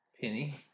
Penny